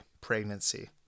pregnancy